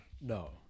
No